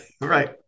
Right